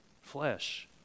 flesh